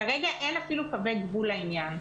כרגע אין אפילו קווי גבול לעניין.